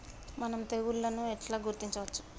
మనం తెగుళ్లను ఎట్లా గుర్తించచ్చు?